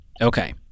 Okay